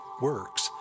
works